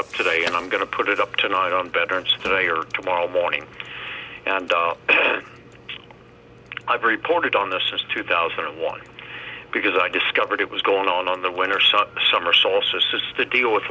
up today and i'm going to put it up tonight on veterans day or tomorrow morning and i've reported on the since two thousand and one because i discovered it was going on on the winter sun summer solstice is the deal with